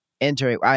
entering